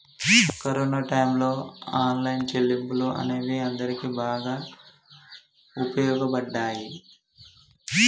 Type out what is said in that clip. corona టైయ్యంలో online చెల్లింపులు అనేవి అందరికీ బాగా వుపయోగపడ్డయ్యి